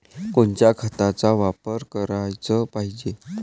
कोनच्या खताचा वापर कराच पायजे?